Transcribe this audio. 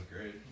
great